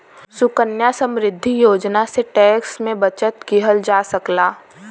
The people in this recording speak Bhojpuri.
सुकन्या समृद्धि योजना से टैक्स में बचत किहल जा सकला